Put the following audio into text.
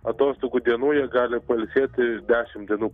atostogų dienų jie gali pailsėti dešimt dienų